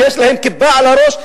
שיש להם כיפה על הראש,